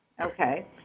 Okay